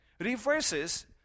reverses